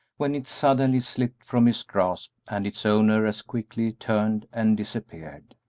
when it suddenly slipped from his grasp and its owner as quickly turned and disappeared.